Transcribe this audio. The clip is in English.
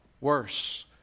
worse